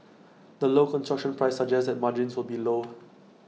the low construction price suggests that margins will be low